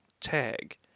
Tag